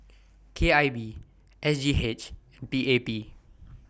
K I V S G H and P A P